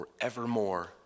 forevermore